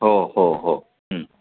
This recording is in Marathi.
हो हो हो